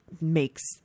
makes